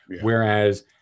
whereas